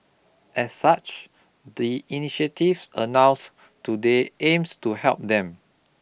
as such the initiatives announced today aims to help them